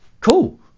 cool